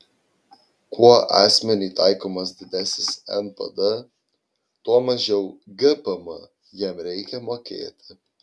kuo asmeniui taikomas didesnis npd tuo mažiau gpm jam reikia mokėti